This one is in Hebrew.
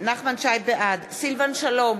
בעד סילבן שלום,